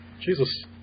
Jesus